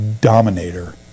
dominator